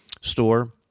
store